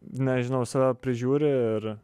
nežinau save prižiūri ir